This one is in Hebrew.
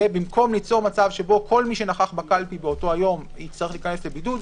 במקום ליצור מצב בו כל מי שנכח בקלפי באותו היום יצטרך להיכנס לבידוד,